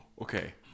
Okay